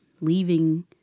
leaving